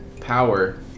power